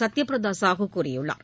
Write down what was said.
சத்யபிரதாசாஹூ கூறியுள்ளார்